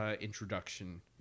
introduction